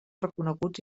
reconeguts